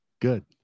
good